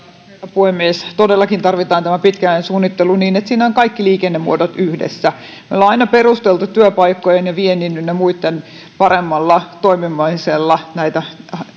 puhemies todellakin tarvitaan tämä pitkän ajan suunnittelu niin että siinä ovat kaikki liikennemuodot yhdessä me olemme aina perustelleet työpaikkojen ja viennin ynnä muitten paremmalla toimimisella näitä